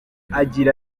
agira